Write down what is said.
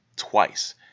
twice